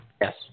yes